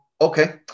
okay